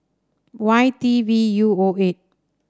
Y T V U O eight